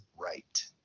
right